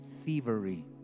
thievery